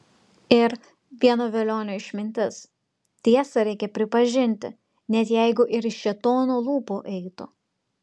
ir vieno velionio išmintis tiesą reikia pripažinti net jeigu ir iš šėtono lūpų eitų